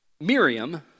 Miriam